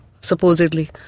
Supposedly